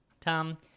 Tom